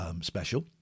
special